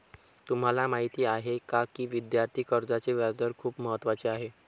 तुम्हाला माहीत आहे का की विद्यार्थी कर्जाचे व्याजदर खूप महत्त्वाचे आहेत?